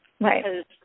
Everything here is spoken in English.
Right